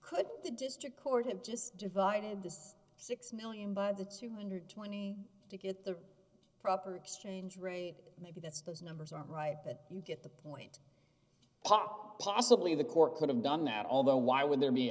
could the district court have just divided this six million by the two hundred and twenty to get the proper exchange rate maybe that's those numbers are right that you get the point pop possibly the court could have done that although why would there be